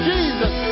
Jesus